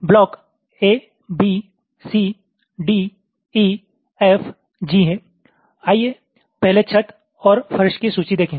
block A B C D E F G हैं आइए पहले छत और फर्श की सूची देखें